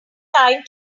time